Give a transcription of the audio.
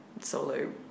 solo